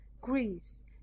greece